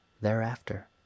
thereafter